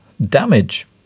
Damage